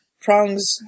prongs